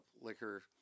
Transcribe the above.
liquor